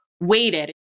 waited